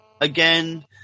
again